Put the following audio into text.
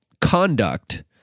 conduct